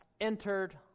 entered